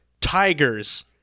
tigers